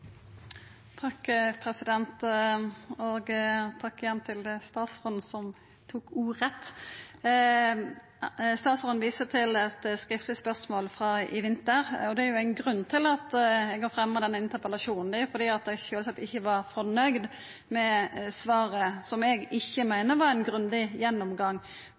Takk igjen til statsråden, som tok ordet. Statsråden viser til eit skriftleg spørsmål frå i vinter. Det er ein grunn til at eg har fremja denne interpellasjonen. Det er sjølvsagt fordi eg ikkje var fornøgd med svaret, som eg meiner ikkje var ein grundig gjennomgang